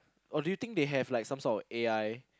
or do you think they have some sort of A_I